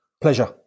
Pleasure